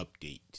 update